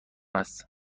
است